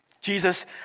Jesus